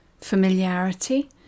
familiarity